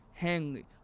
hangley